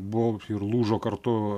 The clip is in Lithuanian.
buvau ir lūžo kartu